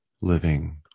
living